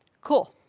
Cool